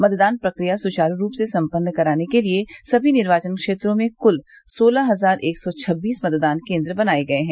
मतदान प्रक्रिया सुचारू रूप से सम्पन्न कराने के लिये सभी निर्वाचन क्षेत्रों में कुल सोलह हज़ार एक सौ छब्बीस मतदान केन्द्र बनाये गये हैं